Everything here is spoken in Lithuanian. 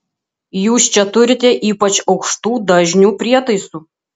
jūs čia turite ypač aukštų dažnių prietaisų